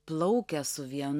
plaukia su vienu